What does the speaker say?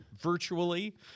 virtually